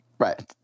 Right